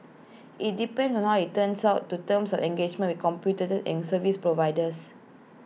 IT depends on how IT turns out to terms of engagement with computers and service providers